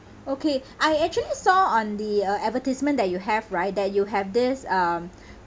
okay I actually saw on the uh advertisement that you have right that you have this um